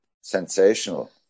sensational